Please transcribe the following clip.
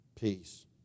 Peace